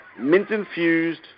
mint-infused